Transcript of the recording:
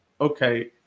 Okay